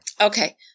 Okay